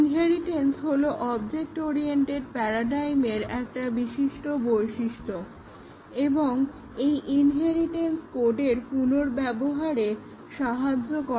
inheritance হলো object oriented প্যারাডাইমের একটা বিশিষ্ট বৈশিষ্ট্য এবং এই ইনহেরিটেন্স কোডের পুনর্ব্যবহারে সাহায্য করে